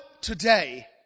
today